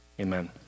amen